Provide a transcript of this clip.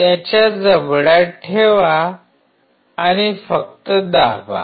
त्याच्या जबड्यात ठेवा आणि फक्त दाबा